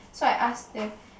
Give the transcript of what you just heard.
so I ask them